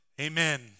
amen